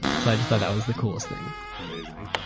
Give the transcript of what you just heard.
so i just thought that was the coolest thing. amazing.